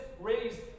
raised